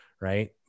Right